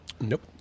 Nope